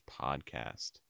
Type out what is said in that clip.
Podcast